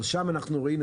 אבל שם אנחנו ראינו,